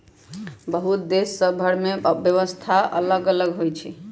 बहुते देश सभ के कर व्यवस्था अल्लग अल्लग होई छै